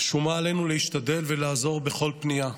שומה עלינו להשתדל ולעזור בכל פנייה,